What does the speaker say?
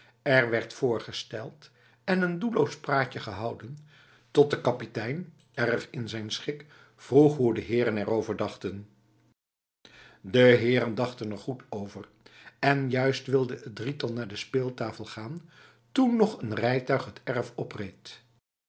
er werd voorgesteld en een doelloos praatje gehouden tot de kapitein erg in zijn schik vroeg hoe de heren erover dachten'l de heren dachten er goed over en juist wilde het drietal naar de speeltafel gaan toen nog een rijtuig het erf opreed